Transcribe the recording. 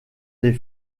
les